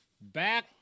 back